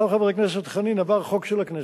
עכשיו, חבר הכנסת חנין, עבר חוק של הכנסת.